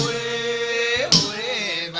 a a